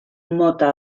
mota